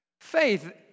Faith